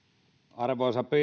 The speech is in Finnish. arvoisa